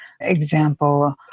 example